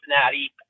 Cincinnati